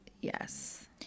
Yes